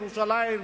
לירושלים,